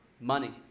money